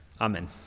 Amen